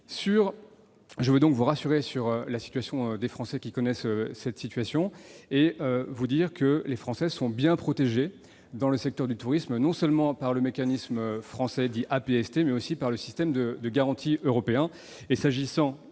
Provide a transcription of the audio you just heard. Je veux donc vous rassurer sur la situation de nos compatriotes et vous dire aussi que les Français sont bien protégés dans le secteur du tourisme, non seulement par le mécanisme français dit « APST », mais aussi par le système de garantie européen.